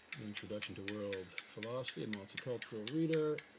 introduction to world philosophy, a multicultural reader.